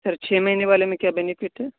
سر چھ مہینے والے میں کیا بینفٹ ہے